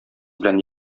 белән